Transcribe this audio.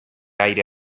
aire